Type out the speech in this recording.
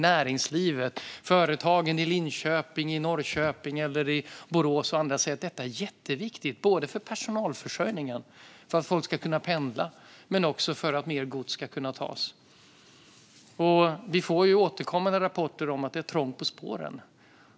Näringslivet, företagen i Linköping, Norrköping och Borås, säger att detta är jätteviktigt för personalförsörjningen, för att pendla, och för att transportera mer gods. Vi får återkommande rapporter om att det är trångt på spåren.